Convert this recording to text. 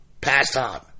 pastime